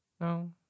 No